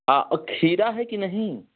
आ औ खीरा है कि नहीं